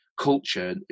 culture